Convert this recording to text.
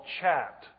CHAT